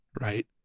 right